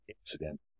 incident